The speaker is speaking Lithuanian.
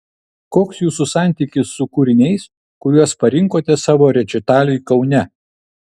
koks jūsų santykis su kūriniais kuriuos parinkote savo rečitaliui kaune